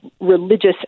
religious